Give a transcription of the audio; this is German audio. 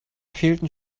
fehlten